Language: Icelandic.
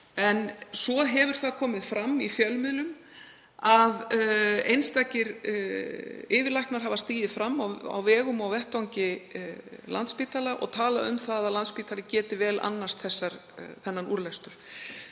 En svo hefur það komið fram í fjölmiðlum að einstakir yfirlæknar hafa stigið fram á vegum og á vettvangi Landspítala og talað um að Landspítalinn geti vel annast þennan úrlestur.